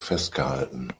festgehalten